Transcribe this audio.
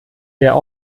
der